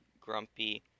grumpy